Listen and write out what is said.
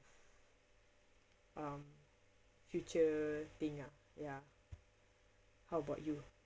um future thing ah ya how about you